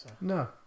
No